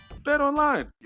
BetOnline